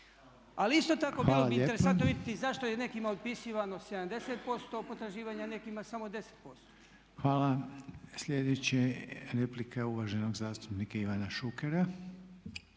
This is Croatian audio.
Ali isto tako bilo bi interesantno vidjeti zašto je nekima otpisivano 70% potraživanja a nekima samo 10%. **Reiner, Željko (HDZ)** Hvala. Sljedeća replika je uvaženog zastupnika Ivana Šukera.